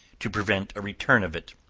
to prevent a return of it.